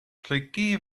lleucu